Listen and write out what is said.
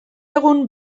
egun